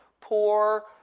poor